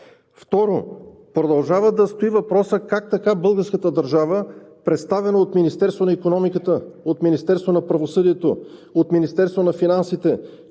Продължава да стои въпросът как така българската държава, представена от Министерството на икономиката, от Министерството на правосъдието, от Министерството на финансите